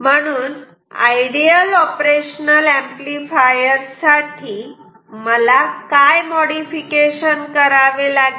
म्हणून ideal operational amplifier साठी मला काय मोडिफिकेशन करावे लागेल